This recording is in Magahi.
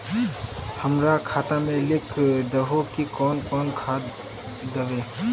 हमरा खाता में लिख दहु की कौन कौन खाद दबे?